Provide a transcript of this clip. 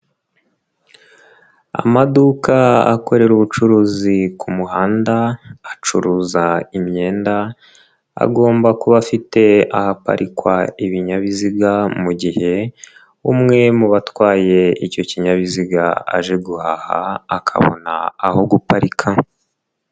Amaduka akorera ubucuruzi ku muhanda, acuruza imyenda, agomba kuba afite ahaparikwa ibinyabiziga mu gihe umwe mu batwaye icyo kinyabiziga aje guhaha akabona aho guparika.